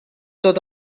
tot